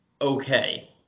okay